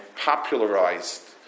popularized